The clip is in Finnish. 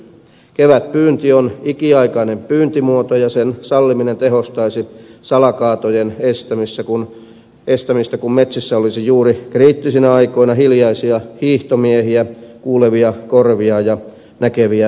kevätpyynti on ikiaikainen pyyntimuoto ja sen salliminen tehostaisi salakaatojen estämistä kun metsässä olisi juuri kriittisinä aikoina hiljaisia hiihtomiehiä kuulevia korvia ja näkeviä silmiä